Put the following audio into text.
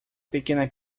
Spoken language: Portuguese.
pequena